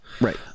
Right